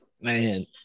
Man